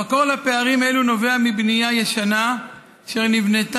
המקור לפערים אלה הוא בנייה ישנה שנעשתה